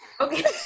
Okay